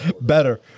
Better